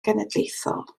genedlaethol